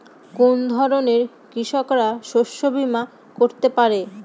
কোন ধরনের কৃষকরা শস্য বীমা করতে পারে?